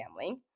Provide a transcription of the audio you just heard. family